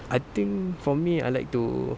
I think for me I like to